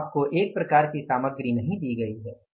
अब आपको एक प्रकार की सामग्री नहीं दी गई है